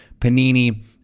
Panini